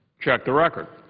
check the record.